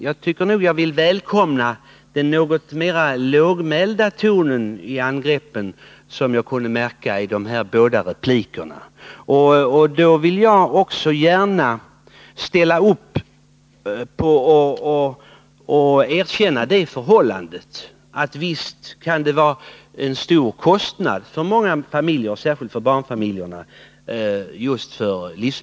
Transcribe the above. Jag välkomnar den något mer lågmälda ton i angreppen som jag kan märka ide båda replikerna. Jag erkänner gärna att livsmedelskostnaderna blir stora för många familjer, särskilt för barnfamiljerna.